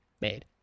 made